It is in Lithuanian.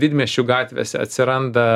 didmiesčių gatvėse atsiranda